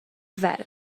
ferch